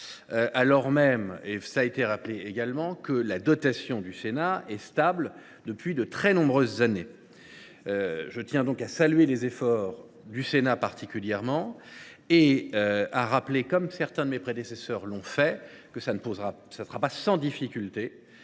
toute augmentation, alors même que la dotation du Sénat est stable depuis de très nombreuses années. Je tiens donc à saluer les efforts du Sénat particulièrement et à rappeler, comme certains de mes prédécesseurs l’ont fait, que cela ne sera pas sans difficulté